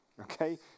Okay